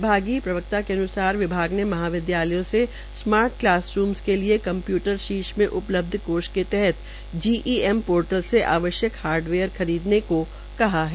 विभागीय प्रवक्ता के अन्सार विभाग ने महाविद्यालयों से स्मार्ट क्लासरूमस के लिए कम्प्यूटर शीर्ष में उपलब्ध कोष के तहत जी ई एम पोर्टल से आवश्यक हार्डवेयर खरीदने को कहा है